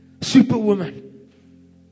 superwoman